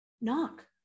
knock